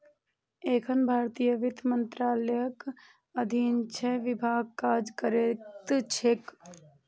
एखन भारतीय वित्त मंत्रालयक अधीन छह विभाग काज करैत छैक